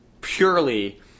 purely